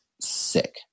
sick